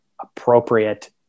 appropriate